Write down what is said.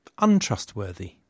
untrustworthy